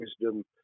wisdom